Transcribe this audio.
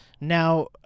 Now